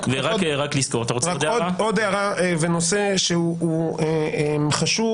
עוד הערה אחת בנושא חשוב,